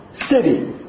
city